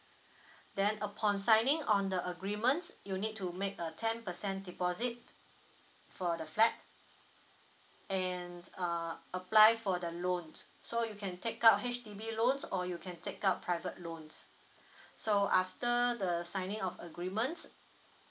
then upon signing on the agreement you need to make a ten percent deposit for the flat and uh apply for the loans so you can take up H_D_B loans or you can take up private loans so after the signing of agreements